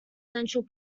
central